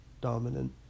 dominant